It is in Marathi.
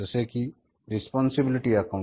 जसे कि जबाबदारी लेखा पद्धती